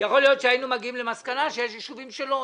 יכול להיות שהיינו מגיעים למסקנה, שיש ישובים שלא.